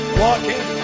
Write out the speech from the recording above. walking